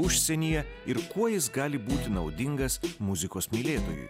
užsienyje ir kuo jis gali būti naudingas muzikos mylėtojui